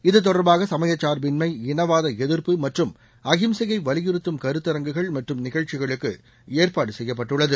இது தொடர்பாக சமயச்சார்பின்மை இனவாத எதிர்ப்பு மற்றும் அகிம்சையை வலியுறுத்தும் கருத்தரங்குகள் மற்றும் நிகழ்ச்சிகளுக்கு ஏற்பாடு செய்யப்பட்டுள்ளது